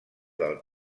del